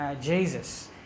Jesus